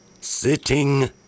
sitting